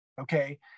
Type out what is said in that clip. Okay